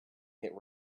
hit